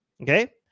okay